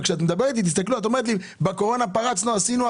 את אומרת לי שבקורונה פרצתם ועשיתם.